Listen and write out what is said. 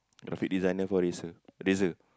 graphic designer for Razor Razor